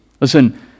Listen